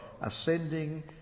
ascending